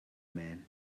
man